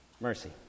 mercy